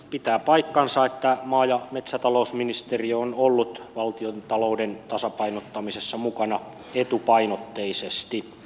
pitää paikkansa että maa ja metsätalousministeriö on ollut valtiontalouden tasapainottamisessa mukana etupainotteisesti